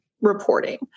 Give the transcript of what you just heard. reporting